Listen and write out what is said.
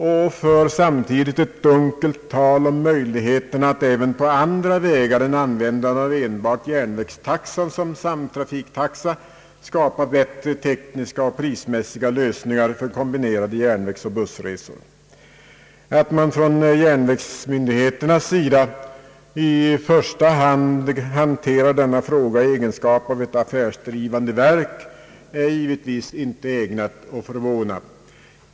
Man för också ett dunkelt tal om möjligheterna att även på andra vägar än med användande av enbart järnvägstaxan som samtrafiktaxa skapa bättre tekniska och prismässiga lösningar för kombinerade järnvägsoch bussresor. Att järnvägsmyndigheterna i första hand hanterar denna fråga i egenskap av affärsdrivande verk är givetvis inte ägnat att förvåna.